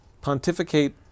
pontificate